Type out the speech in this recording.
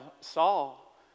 Saul